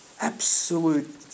absolute